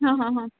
हां हां हां